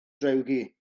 drewgi